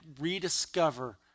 rediscover